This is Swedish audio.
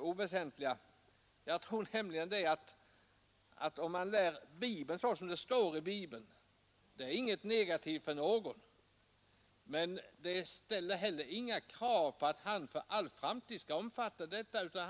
oväsentliga saker. Om man läser Bibeln så som texten lyder, så är ju inget av det som där står negativt för någon. Men det ställs heller inga krav på att vederbörande för all framtid skall omfatta vad där står skrivet.